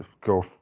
go